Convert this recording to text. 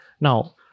Now